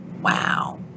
Wow